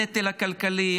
הנטל הכלכלי,